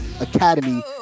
Academy